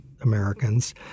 Americans